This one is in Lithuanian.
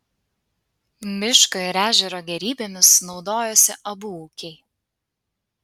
miško ir ežero gėrybėmis naudojosi abu ūkiai